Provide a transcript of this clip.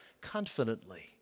confidently